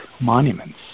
monuments